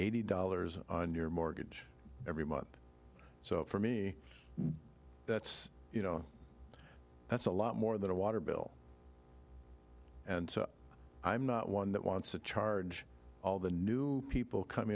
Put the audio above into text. eighty dollars on your mortgage every month so for me that's you know that's a lot more than a water bill and so i'm not one that wants to charge all the new people